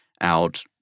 out